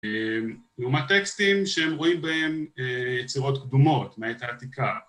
לעומת טקסטים שהם רואים בהם יצירות קדומות מעת העתיקה